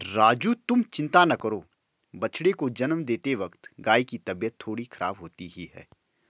राजू तुम चिंता ना करो बछड़े को जन्म देते वक्त गाय की तबीयत थोड़ी खराब होती ही है